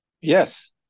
Yes